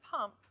pump